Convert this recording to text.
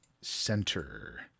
center